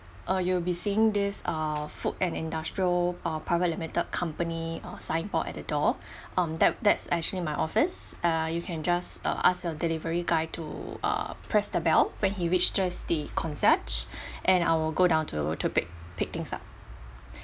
err you will be seeing this uh food and industrial private limited company uh signboard at the door um that that's actually my office err you can just uh ask your delivery guy to uh press the bell when he reached just the concierge and I will go down to to pick pick things up